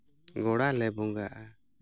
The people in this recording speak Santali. ᱜᱚᱲᱟ ᱞᱮ ᱵᱚᱸᱜᱟᱜᱼᱟ